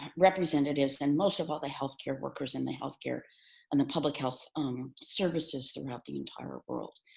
representatives and most of all the healthcare workers in the healthcare and the public health um services throughout the entire world.